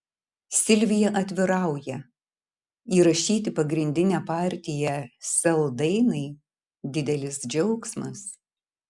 silvija atvirauja įrašyti pagrindinę partiją sel dainai didelis džiaugsmas